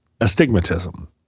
astigmatism